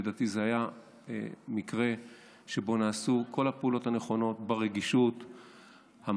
לדעתי זה היה מקרה שבו נעשו כל הפעולות הנכונות ברגישות המתאימה.